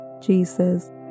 Jesus